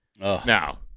Now